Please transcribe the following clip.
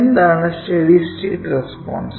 എന്താണ് steady state response